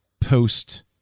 post